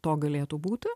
to galėtų būti